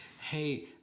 hey